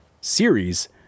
series